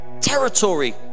territory